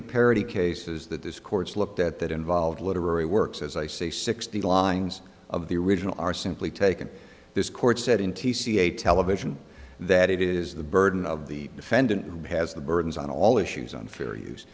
the parody cases that this court's looked at that involved literary works as i say sixty lines of the original are simply taken this court said in t c a television that it is the burden of the defendant who has the burdens on all issues on fair use